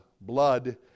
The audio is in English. blood